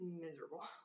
miserable